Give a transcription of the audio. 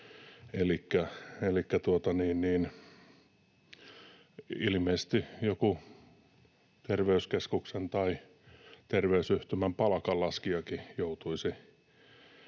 ilmeisesti joku terveyskeskuksen tai terveysyhtymän palkanlaskijakin joutuisi